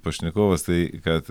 pašnekovas tai kad